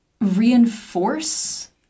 reinforce